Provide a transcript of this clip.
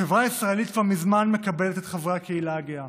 החברה הישראלית כבר מזמן מקבלת את חברי הקהילה הגאה.